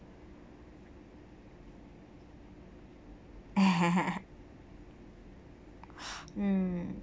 mm